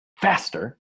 faster